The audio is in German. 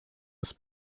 des